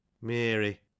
Mary